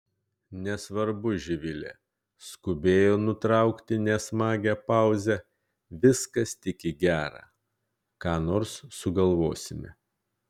nesvarbu živile skubėjo nutraukti nesmagią pauzę viskas tik į gera ką nors sugalvosime